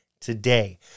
today